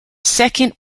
second